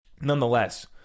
nonetheless